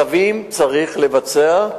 צווים צריך לבצע,